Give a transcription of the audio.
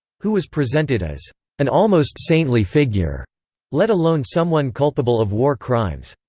who was presented as an almost saintly figure let alone someone culpable of war crimes.